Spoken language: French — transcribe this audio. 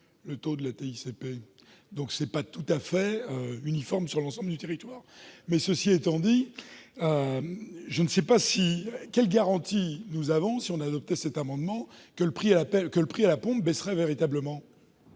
le taux de la TICPE, donc ce n'est pas tout à fait uniforme sur l'ensemble du territoire. Cela étant dit, quelle garantie aurait-on, si nous adoptions cet amendement, que le prix à la pompe baisserait véritablement